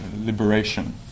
liberation